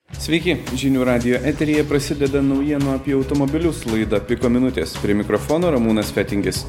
sveiki žinių radijo eteryje prasideda naujienų apie automobilius laida piko minutės prie mikrofono ramūnas fetingis